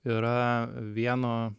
yra vieno